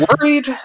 worried